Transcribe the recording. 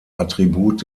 attribut